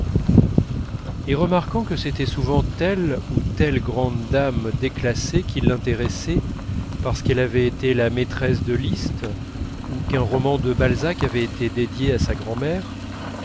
en remarquant que c'était souvent telle ou telle grande dame déclassée qui l'intéressait parce qu'elle avait été la maîtresse de liszt ou qu'un roman de balzac avait été dédié à sa grand'mère